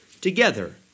together